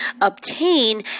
obtain